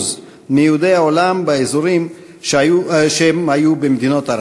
מיהודי העולם באזורים שהיו במדינות ערב,